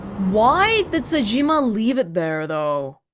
why did sejima leave it there, though?